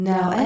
Now